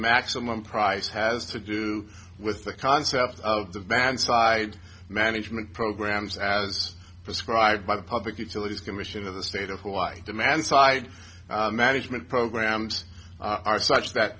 maximum price has to do with the concept of the band side management programs as described by the public utilities commission of the state of hawaii demand side management programs are such that